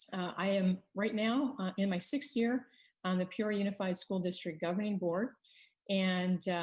i am right now in my sixth year on the peoria unified school district governing board and